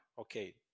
Okay